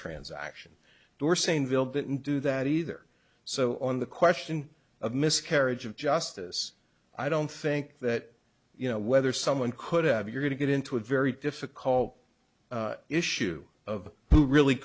transaction we're saying bill didn't do that either so on the question of miscarriage of justice i don't think that you know whether someone could have you're going to get into a very difficult issue of who really